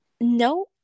No